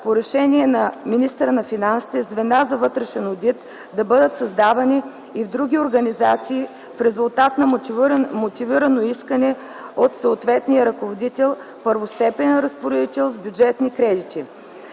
по решение на министъра на финансите звена за вътрешен одит да бъдат създавани и в други организации в резултат на мотивирано искане от съответния ръководител – първостепенен разпоредител с бюджетни кредити.